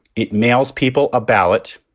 it mails people a ballot.